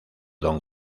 don